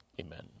Amen